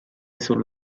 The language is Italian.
sul